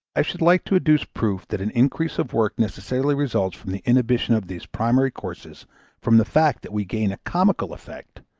i should like to adduce proof that an increase of work necessarily results from the inhibition of these primary courses from the fact that we gain a comical effect,